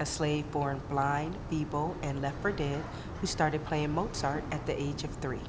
asli born blind people and leopard who started playing mozart at the age of three